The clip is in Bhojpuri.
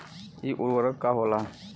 इ उर्वरक का होला?